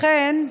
לכן,